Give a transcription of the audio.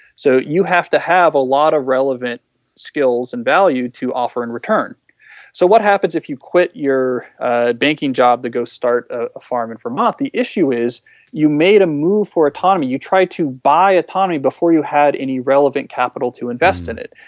so, you have to have a lot of relevant skills and value to offer in return so, what happens if you quit your ah banking job to go start a farm in vermont, the issue is you made a move for autonomy, you try to buy autonomy before you had any relevant capital to invest in it.